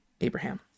Abraham